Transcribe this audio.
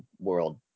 world